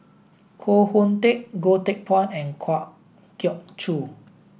Koh Hoon Teck Goh Teck Phuan and Kwa Geok Choo